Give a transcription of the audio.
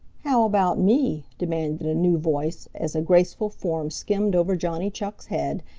how about me? demanded a new voice, as a graceful form skimmed over johnny chuck's head,